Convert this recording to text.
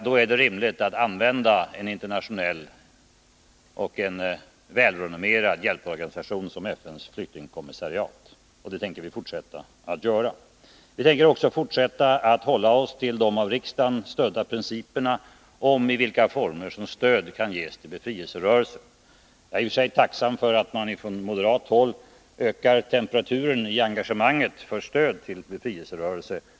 Då är det rimligt att använda en internationell och en välrenommerad hjälporganisation som FN:s Om humanitärt flyktingkommissariat, och det tänker vi fortsätta att göra. Vi tänker också — pistånd till befrielfortsätta att hålla oss till de av riksdagen stödda principerna för i vilka former som stöd kan ges till befrielserörelser. Jag är i och för sig tacksam för att man från moderat håll ökar temperaturen i engagemanget för befrielserörelser.